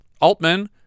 Altman